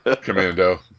commando